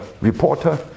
reporter